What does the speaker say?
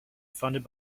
funded